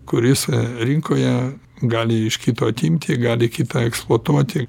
kuris rinkoje gali iš kito atimti gali kitą eksploatuoti